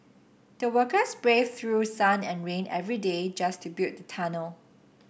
the workers braved through sun and rain every day just to build the tunnel